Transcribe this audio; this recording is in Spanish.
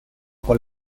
con